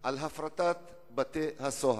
על הפרטת בתי-הסוהר,